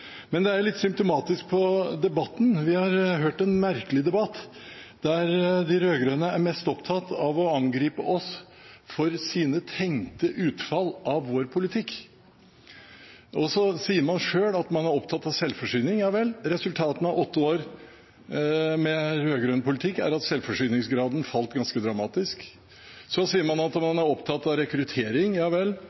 Men dette er litt symptomatisk i debatten. Vi har hørt en merkelig debatt, der de rød-grønne er mest opptatt av å angripe oss for sine tenkte utfall av vår politikk. Man sier selv at man er opptatt av selvforsyning. Resultatene av åtte år med rød-grønn politikk er at selvforsyningsgraden har falt ganske dramatisk. Så sier man at man er opptatt av rekruttering.